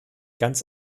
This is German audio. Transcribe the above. ganz